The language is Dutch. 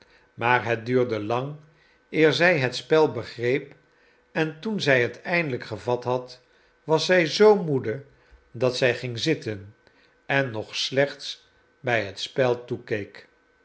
maar het duurde lang eer zij het spel begreep en toen zij het eindelijk gevat had was zij zoo moede dat zij ging zitten en nog slechts bij het spel toekeek